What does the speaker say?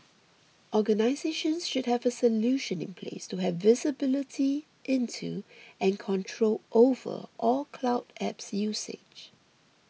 organisations should have a solution in place to have visibility into and control over all cloud apps usage